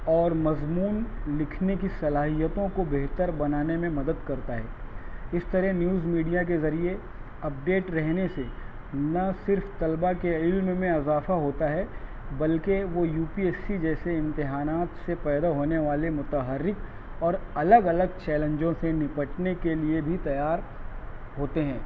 اور مضمون لکھنے کی صلاحیتوں کو بہتر بنانے میں مدد کرتا ہے اس طرح نیوز میڈیا کے ذریعے اپڈیٹ رہنے سے نہ صرف طلبا کے علم میں اضافہ ہوتا ہے بلکہ وہ یو پی ایس سی جیسے امتحانات سے پیدا ہونے والے متحرک اور الگ الگ چیلنجوں سے نپٹمے کے لیے بھی تیار ہوتے ہیں